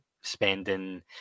spending